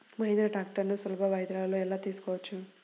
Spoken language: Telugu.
మహీంద్రా ట్రాక్టర్లను సులభ వాయిదాలలో ఎలా తీసుకోవచ్చు?